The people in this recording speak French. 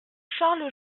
charles